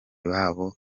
boba